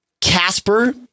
Casper